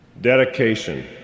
dedication